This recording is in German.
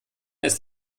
ist